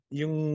yung